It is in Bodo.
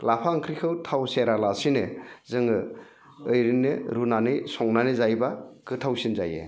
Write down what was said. लाफा ओंख्रिखौ थाव सेरालासिनो जोङो ओरैनो रुनानै संनानै जायोबा गोथावसिन जायो